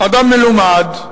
אדם מלומד,